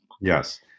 Yes